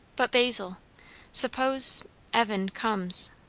but basil suppose evan comes?